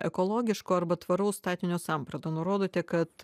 ekologiško arba tvaraus statinio sampratą nurodote kad